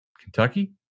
Kentucky